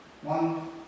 One